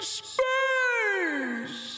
space